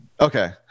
Okay